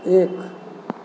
एक